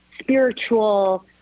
spiritual